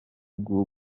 bwo